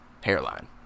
hairline